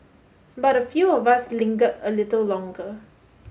but a few of us lingered a little longer